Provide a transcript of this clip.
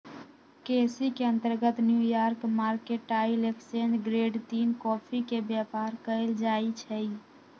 केसी के अंतर्गत New York mercantile exchange grade तीन कॉफी के व्यापार कएल जाइ छइ